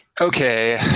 okay